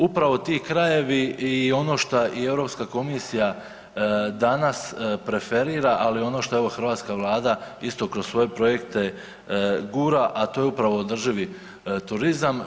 Upravo ti krajevi i ono što i Europska komisija danas preferira, ali i ono što je hrvatska Vlada isto kroz svoje projekte gura, a to je upravo održivi turizam.